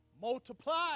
Multiply